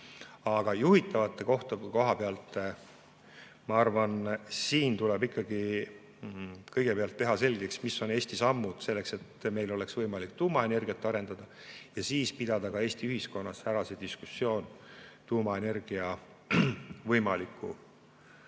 Aga juhitavate [võimsuste] koha pealt ma arvan, et siin tuleb ikkagi kõigepealt teha selgeks, mis on Eesti sammud selleks, et meil oleks võimalik tuumaenergiat arendada, ja siis pidada Eesti ühiskonnas ära ka diskussioon tuumaenergia võimaliku